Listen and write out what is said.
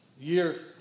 year